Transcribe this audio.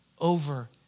over